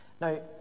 Now